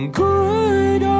good